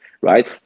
right